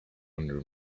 under